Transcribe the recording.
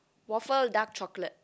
waffle dark chocolate